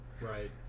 Right